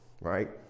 right